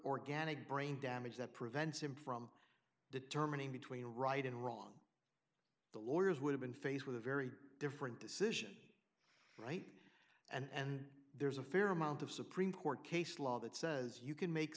organic brain damage that prevents him from determining between right and wrong the lawyers would have been faced with a very different decision right and there's a fair amount of supreme court case law that says you can make